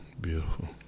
beautiful